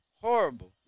horrible